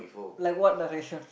like what direction